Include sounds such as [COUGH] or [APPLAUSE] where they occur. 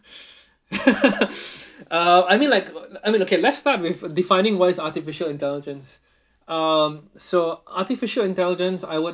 [LAUGHS] uh I mean like I mean okay let's start with defining what is artificial intelligence um so artificial intelligence I would